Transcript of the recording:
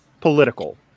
political